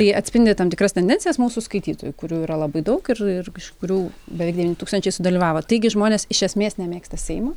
tai atspindi tam tikras tendencijas mūsų skaitytojų kurių yra labai daug ir ir iš kurių beveik devyni tūkstančiai sudalyvavo taigi žmonės iš esmės nemėgsta seimo